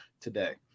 today